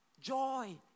Joy